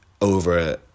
over